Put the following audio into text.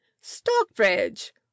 Stockbridge